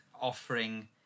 offering